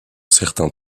certains